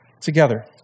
together